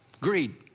greed